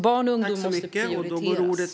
Barn och unga måste prioriteras.